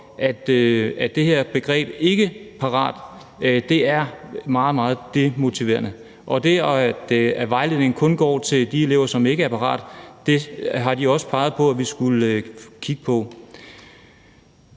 at det her begreb »ikkeparat« er meget, meget demotiverende, og det, at vejledningen kun er til de elever, der ikke er parate, har de også peget på vi skulle kigge på.